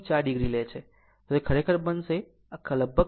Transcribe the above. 4 o લે છે તો તે ખરેખર બનશે લગભગ 30